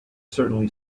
certainly